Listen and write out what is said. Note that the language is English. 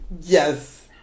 Yes